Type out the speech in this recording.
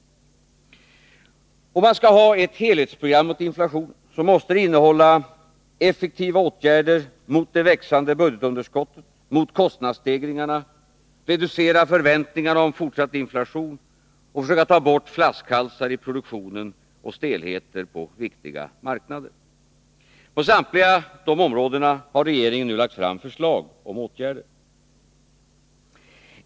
Ett helhetsprogram mot inflationen måste innehålla effektiva åtgärder mot det växande budgetunderskottet och mot kostnadsstegringarna, reducera förväntningarna om fortsatt inflation samt försöka ta bort flaskhalsar i produktionen och stelheter på viktiga marknader. På samtliga dessa fyra områden har regeringen nu lagt fram förslag om åtgärder.